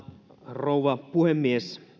rouva puhemies